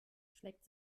schlägt